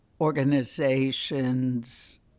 organizations